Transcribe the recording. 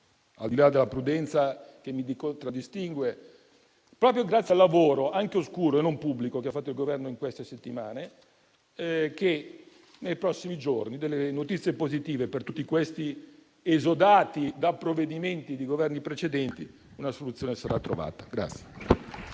al di là della prudenza che mi contraddistingue, proprio grazie al lavoro, anche oscuro e non pubblico, che ha fatto il Governo in queste settimane, che nei prossimi giorni vi saranno notizie positive. Per tutti questi esodati da provvedimenti di Governi precedenti, una soluzione sarà trovata.